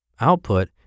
Output